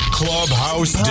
clubhouse